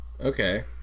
Okay